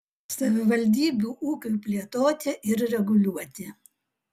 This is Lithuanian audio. savivaldybių ūkiui plėtoti ir reguliuoti